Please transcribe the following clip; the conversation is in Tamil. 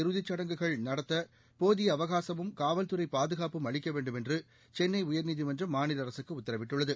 இறுதிச் சுடங்குகள் நடத்த போதிய அவகாசமும் காவல்துறை பாதுகாப்பும் அளிக்க வேண்டும் என்று சென்னை உயர்நீதிமன்றம் மாநில அரசுக்கு உத்தரவிட்டுள்ளது